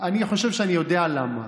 אני חושב שאני יודע למה.